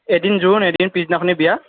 এদিন জোৰোণ এদিন পিছদিনাখনি বিয়া